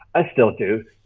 i still do.